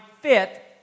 fit